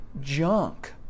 junk